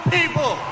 people